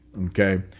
okay